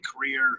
career